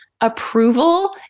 Approval